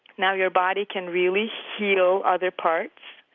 now your body can really heal other parts.